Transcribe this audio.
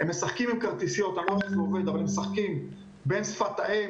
הם משחקים עם כרטיסיות בין שפת האם,